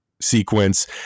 sequence